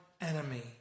enemy